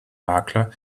makler